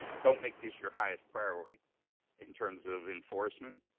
don't make this your highest priority in terms of enforcement,